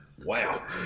Wow